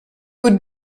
would